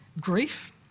grief